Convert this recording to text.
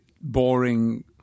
boring